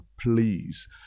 please